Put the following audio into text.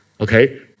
okay